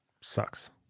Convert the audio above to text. Sucks